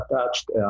attached